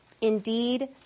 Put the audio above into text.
Indeed